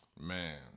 man